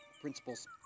Principles